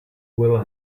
will